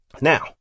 Now